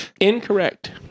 Incorrect